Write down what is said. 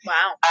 Wow